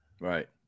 Right